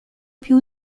più